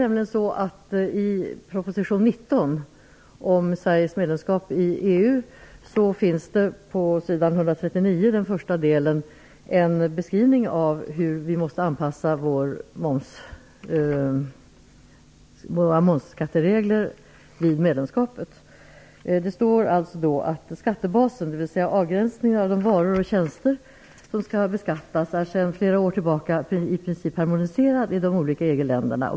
finns det på s. 139, i den första delen, en beskrivning av hur vi måste anpassa våra momsskatteregler vid medlemskapet. Det står: "Mervärdesskattens skattebas, dvs. avgränsningen av de varor och tjänster som skall beskattas, är sedan flera år tillbaka i princip harmoniserad i de olika EG-länderna.